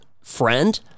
friend